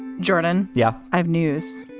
jordan? yeah. i have news.